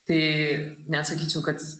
tai neatsakyčiau kad